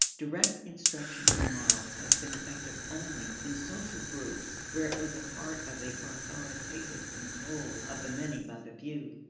direct instruction in morals has been effective only in social groups where it was a part of the authoritative control of the many by the few.